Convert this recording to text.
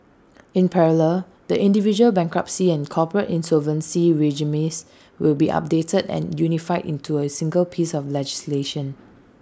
in parallel the individual bankruptcy and corporate insolvency regimes will be updated and unified into A single piece of legislation